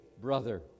brother